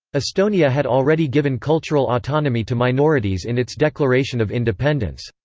estonia had already given cultural autonomy to minorities in its declaration of independence.